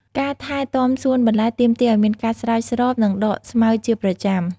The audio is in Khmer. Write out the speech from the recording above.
ការថែទាំសួនបន្លែទាមទារឱ្យមានការស្រោចស្រព និងដកស្មៅជាប្រចាំ។